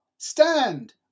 Stand